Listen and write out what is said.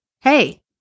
Hey